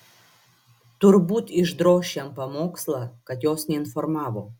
turbūt išdroš jam pamokslą kad jos neinformavo